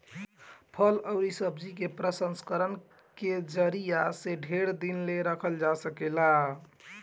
फल अउरी सब्जी के प्रसंस्करण के जरिया से ढेर दिन ले रखल जा सकेला